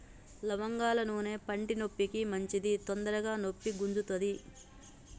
లవంగాల నూనె పంటి నొప్పికి మంచిది తొందరగ నొప్పి గుంజుతది